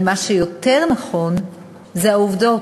ומה שיותר נכון זה העובדות.